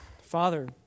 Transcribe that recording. Father